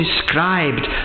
described